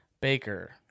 Baker